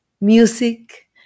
Music